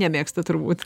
nemėgsta turbūt